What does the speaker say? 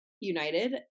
United